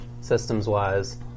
systems-wise